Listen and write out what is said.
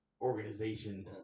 organization